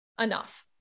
enough